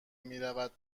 میرود